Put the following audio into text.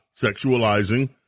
sexualizing